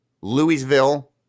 louisville